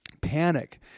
panic